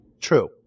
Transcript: true